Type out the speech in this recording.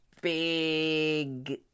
big